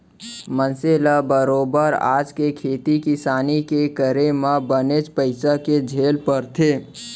मनसे ल बरोबर आज के खेती किसानी के करे म बनेच पइसा के झेल परथे